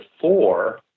four